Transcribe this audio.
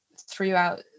throughout